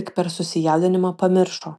tik per susijaudinimą pamiršo